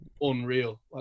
unreal